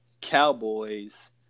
Cowboys